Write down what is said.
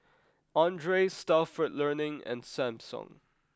Andre Stalford Learning and Samsung